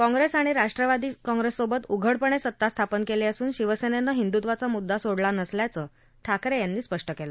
काँप्रेस आणि राष्ट्रवादी काँप्रेससोबत उघडपणे सत्ता स्थापन केली असून शिवसेनेनं हिंदुत्वाचा मुद्दा सोडला नसल्याचं ठाकरे यांनी स्पष्ट केलं